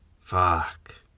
Fuck